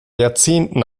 jahrzehnten